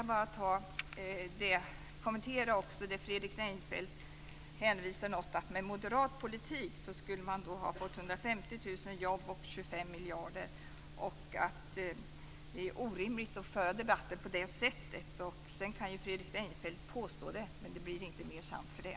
Jag skall också kommentera det som Fredrik Reinfeldt sade, att med moderat politik skulle det ha blivit 250 000 jobb och 25 miljarder kronor. Det är orimligt att föra debatten på det sättet. Sedan kan ju Fredrik Reinfeldt göra detta påstående, men det blir inte mer sant för det.